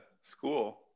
school